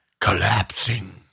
Collapsing